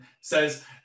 says